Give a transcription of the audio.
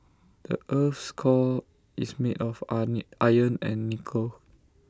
the Earth's core is made of iron and nickel